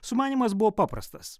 sumanymas buvo paprastas